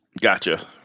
Gotcha